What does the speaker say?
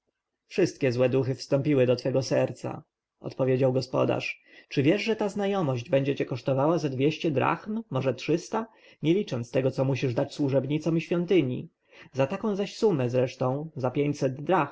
wszystkie złe duchy wstąpiły do twego serca odpowiedział gospodarz czy wiesz że ta znajomość będzie cię kosztowała ze dwieście drachm może trzysta nie licząc tego co musisz dać służebnicom i świątyni za taką zaś sumę zresztą za pięćset